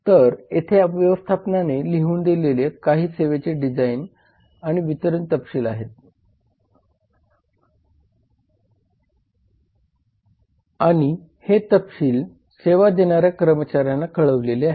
तर येथे व्यवस्थापनाने लिहून दिलेल्या काही सेवेचे डिझाईन आणि वितरण तपशील दिले आहेत आणि हे तपशील सेवा देणाऱ्या कर्मचाऱ्यांना कळविले आहेत